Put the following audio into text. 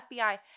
FBI